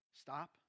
Stop